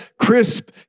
crisp